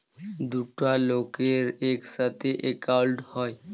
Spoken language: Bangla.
দুটা লকের ইকসাথে একাউল্ট হ্যয়